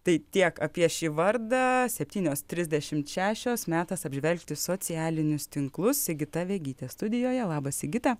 tai tiek apie šį vardą septynios trisdešimt šešios metas apžvelgti socialinius tinklus sigita vegytė studijoje labas sigita